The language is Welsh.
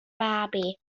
babi